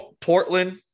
Portland